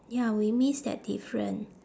ya we miss that different